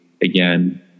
again